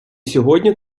сьогодні